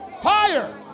Fire